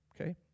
okay